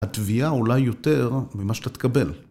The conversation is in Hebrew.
התביעה אולי יותר ממה שאתה תקבל.